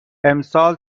امسال